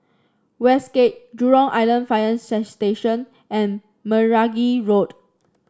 Westgate Jurong Island Fire Station and Meragi Road